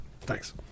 Thanks